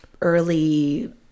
early